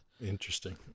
Interesting